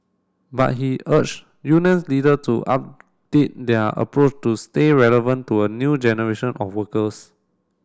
but he urge unions leader to update their approach to stay relevant to a new generation of workers